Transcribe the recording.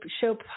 show